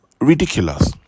ridiculous